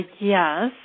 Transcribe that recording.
Yes